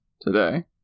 today